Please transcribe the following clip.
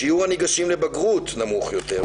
שיעור הניגשים לבגרות נמוך יותר,